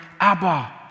Abba